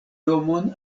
nomon